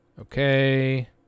Okay